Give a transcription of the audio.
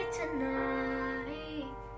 tonight